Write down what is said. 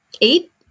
Eight